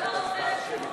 הבריאות,